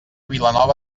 vilanova